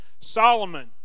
Solomon